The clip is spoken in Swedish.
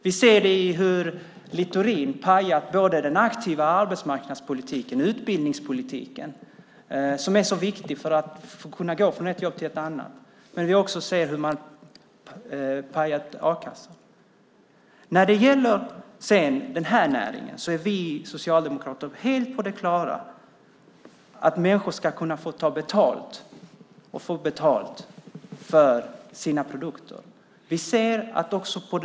Vi ser det i hur Littorin både har pajat den aktiva arbetsmarknadspolitiken och utbildningspolitiken, som är så viktig för att kunna gå från ett jobb till ett annat, och har pajat a-kassan. När det sedan gäller den här näringen är vi socialdemokrater helt på det klara med att människor ska kunna ta betalt och få betalt för sina produkter.